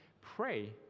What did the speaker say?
pray